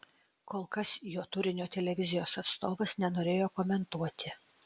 kol kas jo turinio televizijos atstovas nenorėjo komentuoti